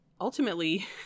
Ultimately